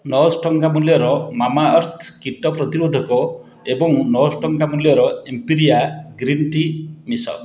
ନଅଶହ ଟଙ୍କା ମୂଲ୍ୟର ମାମା ଆର୍ଥ କୀଟ ପ୍ରତିରୋଧକ ଏବଂ ନଅଶହ ଟଙ୍କା ମୂଲ୍ୟର ଏମ୍ପିରିଆ ଗ୍ରୀନ୍ ଟି ମିଶାଅ